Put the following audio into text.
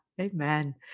Amen